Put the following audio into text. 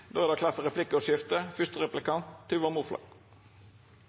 Da er det heldigvis for